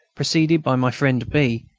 preceded by my friend b.